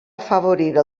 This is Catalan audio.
afavorir